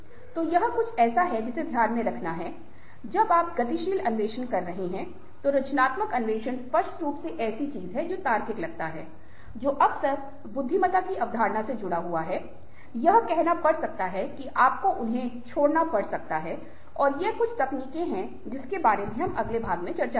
तो यह कुछ ऐसा है जिसे ध्यान में रखना है जब आप गतिशील अन्वेषण कर रहे हैं तो रचनात्मक अन्वेषण स्पष्ट रूप से ऐसी चीजें हैं जो तार्किक लगते हैं जो अक्सर बुद्धिमता की अवधारणा से जुड़ा होता है यह कहना पड़ सकता है कि आपको उन्हें छोड़ना पड़ सकता है और ये कुछ तकनीके है पर फिर से हम अगले भाग में चर्चा करेंगे